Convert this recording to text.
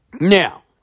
Now